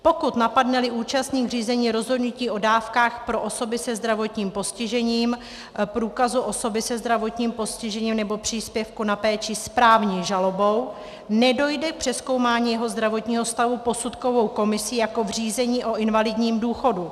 Pokud napadne účastník řízení rozhodnutí o dávkách pro osoby se zdravotním postižením, průkazu osoby se zdravotním postižením nebo příspěvku na péči správní žalobou, nedojde k přezkoumání jeho zdravotního stavu posudkovou komisí jako v řízení o invalidním důchodu.